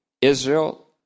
Israel